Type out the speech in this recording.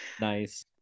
Nice